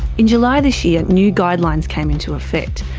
in july this year, new guidelines came into effect.